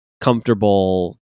comfortable